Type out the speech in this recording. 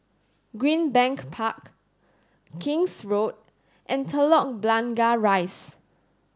Greenbank Park King's Road and Telok Blangah Rise